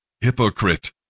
Hypocrite